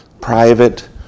private